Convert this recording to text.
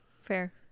fair